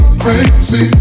crazy